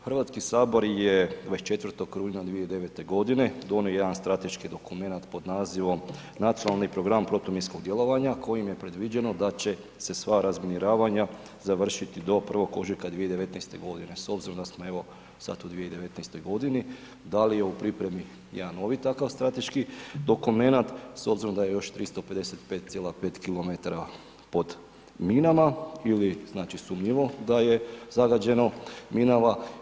Hrvatski sabor je 24. rujna 2009. g. donio jedan strateški dokumenat pod nazivom, nacionalni program protuminskog djelovanja, kojim je predviđeno, da će se sva razminiravanja završiti do 1. ožujka 2019. g. S obzirom da smo evo, sada u 2019. g. da li je u pripremi, jedan novi takav strateški dokumenat, s obzirom da je još 355,5 km pod minama ili sumnjivo da je zagađeno minama.